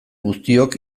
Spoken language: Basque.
guztiok